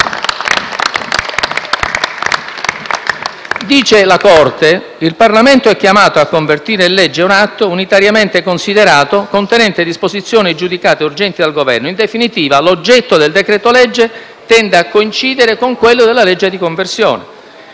Dice la Corte che «Il Parlamento è chiamato a convertire (...) in legge un atto, unitariamente considerato, contenente disposizioni giudicate urgenti dal Governo (...) In definitiva, l'oggetto del decreto-legge tende a coincidere con quello della legge di conversione.